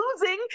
losing